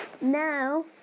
now